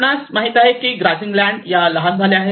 आपणास माहित आहे की ग्राझिंग लँड या लहान झाल्या आहेत